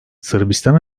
sırbistan